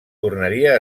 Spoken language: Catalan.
tornaria